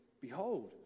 behold